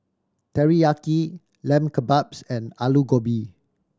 Teriyaki Lamb Kebabs and Alu Gobi